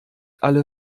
alle